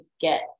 get